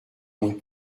with